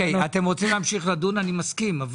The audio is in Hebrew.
אתם רוצים להמשיך לדון אני מסכים,